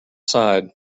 side